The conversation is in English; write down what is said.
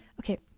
okay